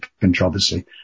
controversy